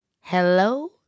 Hello